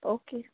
okay